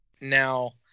now